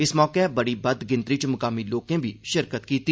इस मौके बड़ी बद्द गिनत्री च मकामी लोकें बी शिरकत कीती